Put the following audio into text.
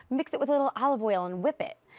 mix it with a little olive oil and whip it.